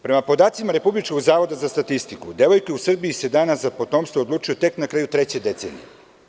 Prema podacima Republičkog zavoda za statistiku, devojke u Srbiji se danas za potomstvo odlučuju tek na kraju treće decenije.